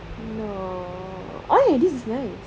no !oi! this is nice